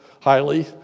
highly